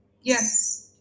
yes